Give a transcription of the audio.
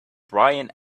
brian